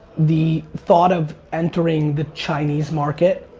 the thought of entering the chinese market,